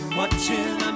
watching